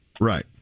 Right